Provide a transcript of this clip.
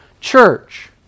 church